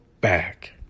back